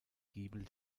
giebel